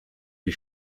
wie